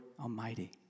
Almighty